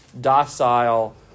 docile